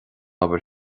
obair